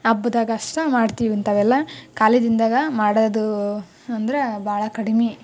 ಹಬ್ಬದಾಗ ಅಷ್ಟೆ ಮಾಡ್ತೀವಿ ಇಂಥವೆಲ್ಲ ಖಾಲಿ ದಿನದಾಗ ಮಾಡೋದು ಅಂದರೆ ಭಾಳಾ ಕಡಿಮೆ